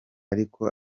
ariko